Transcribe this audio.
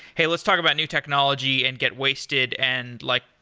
hey, let's talk about new technology and get wasted. and like